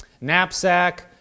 knapsack